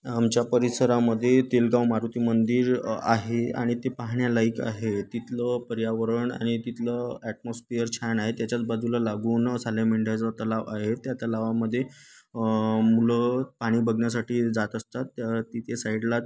आमच्या परिसरामध्ये तेलगाव मारुती मंदिर आहे आणि ते पाहण्यालायक आहे तिथलं पर्यावरण आणि तिथलं ॲटमॉस्फियर छान आहे त्याच्याच बाजूला लागून मेंढ्याचा तलाव आहे त्या तलावामध्ये मुलं पाणी बघण्यासाठी जात असतात त्या तिथे साईडलाच